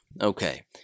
Okay